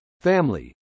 Family